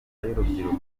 y’urubyiruko